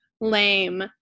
lame